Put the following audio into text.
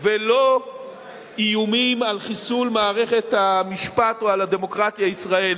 ולא איומים על חיסול מערכת המשפט או הדמוקרטיה הישראלית.